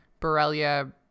Borrelia